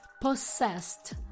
possessed